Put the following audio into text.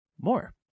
more